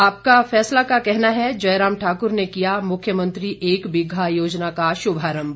आपका का कहना है जयराम ठाकुर ने किया मुख्यमंत्री एक बीघा योजना का शुभारंभ